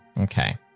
Okay